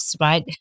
right